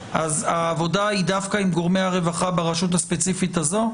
העבודה היא דווקא עם גורמי הרווחה ברשות הספציפית הזאת?